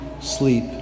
sleep